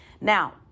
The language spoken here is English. Now